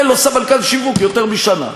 אין לו סמנכ"ל שיווק יותר משנה.